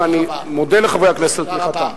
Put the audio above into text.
ואני מודה לחברי הכנסת על תמיכתם.